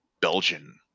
Belgian